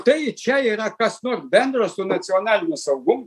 tai čia yra kas nors bendro su nacionaliniu saugumu